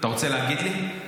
אתה רוצה להגיד לי?